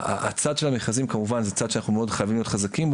הצד של המכרזים כמובן זה צד שאנחנו מאוד חייבים להיות חזקים בו